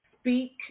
Speak